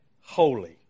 holy